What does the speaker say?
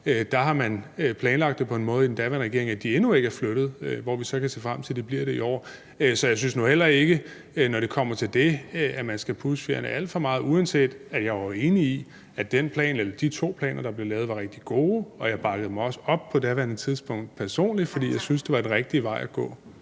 fra, havde man planlagt det på en måde i den daværende regering, så de endnu ikke er flyttet ud, og hvor vi så kan se frem til, at de bliver det i år. Så jeg synes nu heller ikke, når det kommer til det, at man skal pudse fjerene alt for meget, uanset at jeg jo er enig i, at de to planer, der blev lavet, var rigtig gode, og jeg bakkede dem personligt også op på daværende tidspunkt, fordi jeg syntes, at det var den rigtige vej at gå.